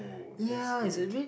ya it's a bit